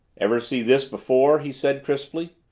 ever see this before? he said crisply,